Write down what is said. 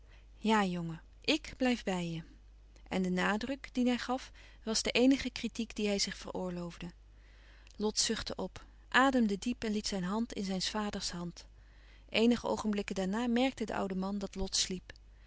ja jongen ik blijf bij je en de nadruk dien hij gaf was de eenige kritiek die hij zich veroorloofde lot zuchtte op ademde diep en liet zijn hand in zijns vaders hand eenige oogenblikken daarna merkte de oude man dat lot sliep